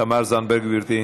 תמר זנדברג, גברתי.